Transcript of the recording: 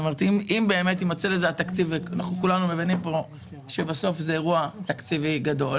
אם יימצא לזה התקציב כולנו פה מבינים שבסוף זה אירוע תקציבי גדול